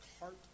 heart